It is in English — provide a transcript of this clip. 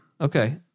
Okay